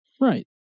Right